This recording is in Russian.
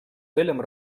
целям